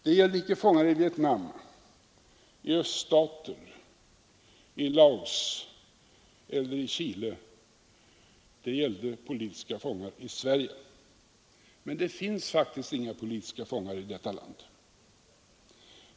Det gällde inte fångar i Vietnam, i öststater, i Laos eller i Chile. Det gällde politiska fångar i Sverige. Men det finns faktiskt inga politiska fångar i vårt land.